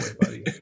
buddy